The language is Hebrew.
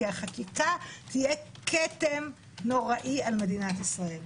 כי החקיקה תהיה כתם נוראי על מדינת ישראל.